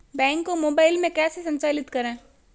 Bank को mobile में कैसे संचालित करें?